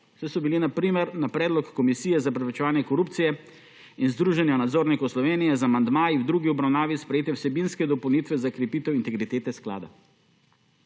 daj so bili na primer na predlog Komisije za preprečevanje korupcije in Združenja nadzornikov Slovenije z amandmaji v drugi obravnavi sprejete vsebinske dopolnitve za krepitev integritete sklada.